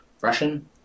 Russian